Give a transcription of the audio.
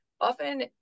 often